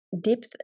depth